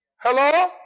Hello